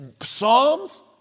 Psalms